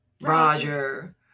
Roger